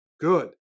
good